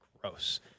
gross